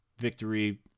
victory